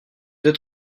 être